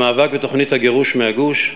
המאבק בתוכנית הגירוש מהגוש,